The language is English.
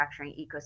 ecosystem